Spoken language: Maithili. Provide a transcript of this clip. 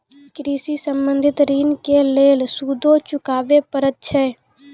कृषि संबंधी ॠण के लेल सूदो चुकावे पड़त छै?